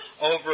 over